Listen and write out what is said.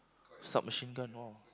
submachine-gun !woah!